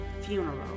Funeral